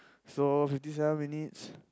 so fifty seven minutes